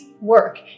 work